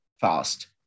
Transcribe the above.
fast